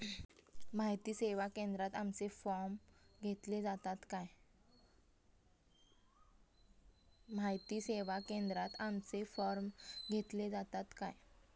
माहिती सेवा केंद्रात आमचे फॉर्म घेतले जातात काय?